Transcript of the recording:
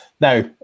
Now